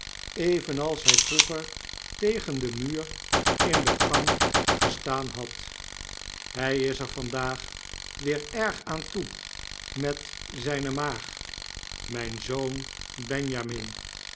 evenals hjj vroeger tegen den muur in de gang gestaan had hy is er vandaag weer erg aan toe met zyne maag myn zoon benjamin